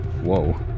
Whoa